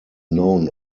known